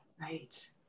Right